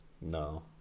No